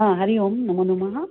हा हरिः ओं नमोनमः